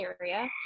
area